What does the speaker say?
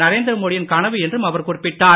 நரேந்திர மோடி யின் கனவு என்றும் அவர் குறிப்பிட்டார்